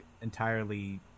entirely